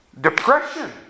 Depression